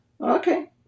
Okay